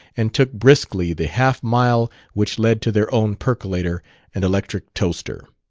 and took briskly the half mile which led to their own percolator and electric toaster.